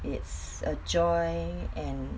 it's a joy and